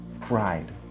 Pride